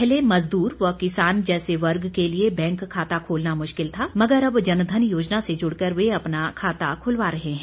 पहले मजदूर व किसान जैसे वर्ग के लिए बैंक खाता खोलना मुश्किल था मगर अब जनधन योजना से जुड़ कर वे अपना खाता खुलवा रहे हैं